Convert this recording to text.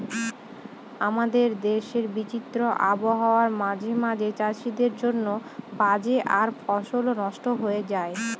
আমাদের দেশের বিচিত্র আবহাওয়া মাঝে মাঝে চাষীদের জন্য বাজে আর ফসলও নস্ট হয়ে যায়